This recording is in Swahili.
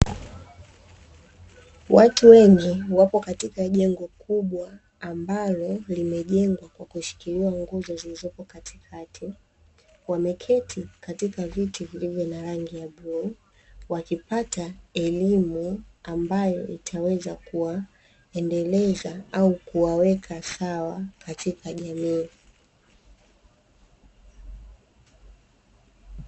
Watu wengi wapo katika jengo kubwa ambalo limejengwa kwa kushikiliwa nguzo zilizopo katikati wameketi katika viti vilivyo na rangi ya bluu wakipata elimu ambayo itaweza kuwa endeleza au kuwaweka sawa katika jamii.